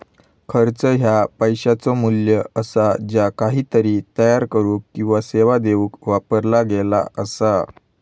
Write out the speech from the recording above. खर्च ह्या पैशाचो मू्ल्य असा ज्या काहीतरी तयार करुक किंवा सेवा देऊक वापरला गेला असा